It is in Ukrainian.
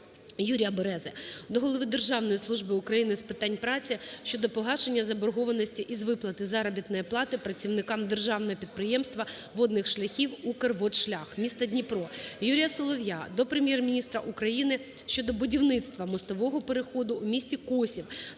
Юрія Берези до Голови Державної служби України з питань праці щодо погашення заборгованості із виплати заробітної плати працівникам Державного підприємства водних шляхів "УКРВОДШЛЯХ" (місто Дніпро). Юрія Солов'я до Прем'єр-міністра України щодо будівництва мостового переходу у місті Косів